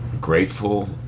grateful